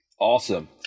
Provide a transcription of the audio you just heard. Awesome